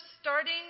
starting